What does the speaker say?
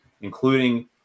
including